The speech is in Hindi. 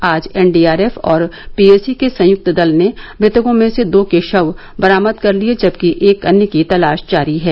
आज एनडीआरएफ और पीएसी के संयुक्त दल ने मृतकों में से दो के शव बरामद कर लिए जबकि एक अन्य की तलाश जारी है